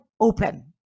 open